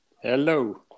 Hello